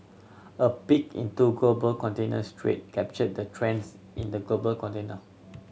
a peek into global containers trade captured the trends in the global container